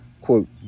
quote